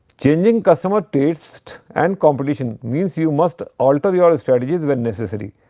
changing customer taste and competition means you must alter your strategies when necessary.